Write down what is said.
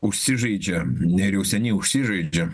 užsižaidžia neriu seniai užsižaidžia